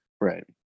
Right